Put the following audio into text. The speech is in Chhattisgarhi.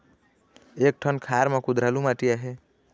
एक ठन खार म कुधरालू माटी आहे?